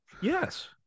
yes